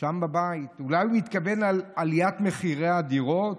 שם בבית, אולי הוא התכוון לעליית מחירי הדירות,